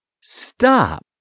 Stop